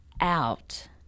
out